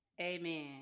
Amen